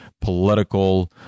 political